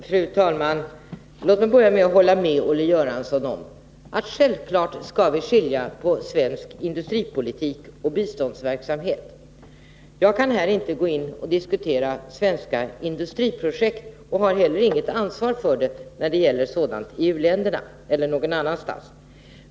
Fru talman! Låt mig börja med att hålla med Olle Göransson om att vi självfallet skall skilja på svensk industripolitik och biståndsverksamhet. Jag kan inte här gå in och diskutera svenska industriprojekt, och jag har inte heller något ansvar för sådana projekt i u-länder eller någon annanstans.